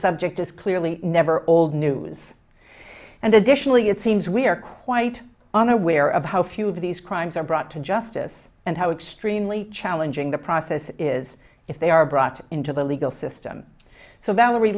subject is clearly never old news and additionally it seems we are quite unaware of how few of these crimes are brought to justice and how extremely challenging the process is if they are brought into the legal system so valerie